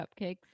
Cupcakes